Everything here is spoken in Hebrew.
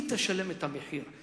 היא תשלם את המחיר.